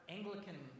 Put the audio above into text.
Anglican